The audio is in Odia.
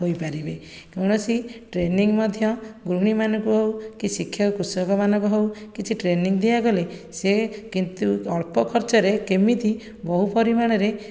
ହୋଇପାରିବେ କୌଣସି ଟ୍ରେନିଙ୍ଗ ମଧ୍ୟ ଗୃହିଣୀ ମାନଙ୍କୁ ହେଉ କି ଶିକ୍ଷା କୃଷକମାନଙ୍କୁ ହେଉ କିଛି ଟ୍ରେନିଙ୍ଗ ଦିଆ ଗଲେ ସେ କିନ୍ତୁ ଅଳ୍ପ ଖର୍ଚ୍ଚରେ କେମିତି ବହୁ ପରିମାଣରେ